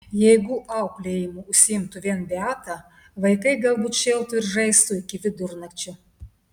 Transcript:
jeigu auklėjimu užsiimtų vien beata vaikai galbūt šėltų ir žaistų iki vidurnakčio